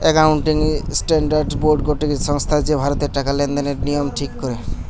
accounting standard board গটে সংস্থা যে ভারতের টাকা লেনদেনের নিয়ম ঠিক করে